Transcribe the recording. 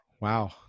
Wow